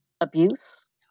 abuse